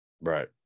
right